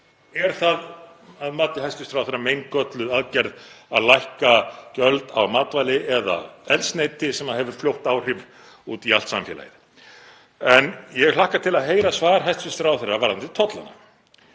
Er það að mati hæstv. ráðherra meingölluð aðgerð að lækka gjöld á matvæli eða eldsneyti sem hefur fljótt áhrif út í allt samfélagið? En ég hlakka til að heyra svar hæstv. ráðherra varðandi tollana,